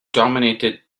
dominated